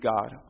God